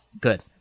Good